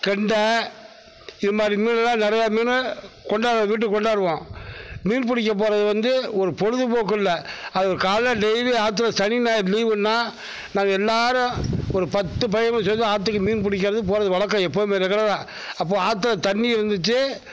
கெண்டை இது மாதிரி மீன்லாம் நிறையா மீன் கொண்டாருவோம் வீட்டுக்கு கொண்டாருவோம் மீன் பிடிக்க போகிறது வந்து ஒரு பொழுதுபோக்கு இல்லை அது ஒரு காலையில் டெய்லி ஆற்றுல சனி ஞாயிறு லீவுன்னா நாங்கள் எல்லோரும் ஒரு பத்து பயலுங்க சேர்ந்து ஆற்றுக்கு மீன் பிடிக்கிறது போகிறது வழக்கம் எப்போவுமே ரெகுலராக அப்போது ஆற்றுல தண்ணிர் இருந்துச்சு